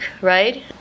Right